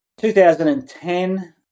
2010